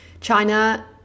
China